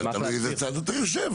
זה תלוי איזה צד אתה יושב.